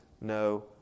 no